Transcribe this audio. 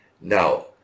Now